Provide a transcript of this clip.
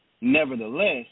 Nevertheless